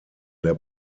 der